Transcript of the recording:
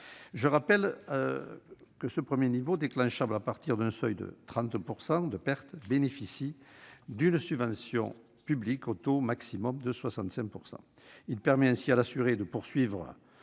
Je rappelle que ce premier niveau, qui peut être déclenché à partir d'un seuil de 30 % de pertes, bénéficie d'une subvention publique au taux maximum de 65 %. Il permet ainsi à l'assuré de poursuivre